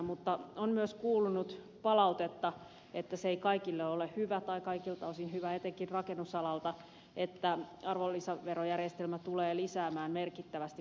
mutta on myös kuulunut palautetta että se ei kaikilta osin ole hyvä etenkin rakennusalalta että arvonlisäverojärjestelmä tulee lisäämään merkittävästi byrokratiaa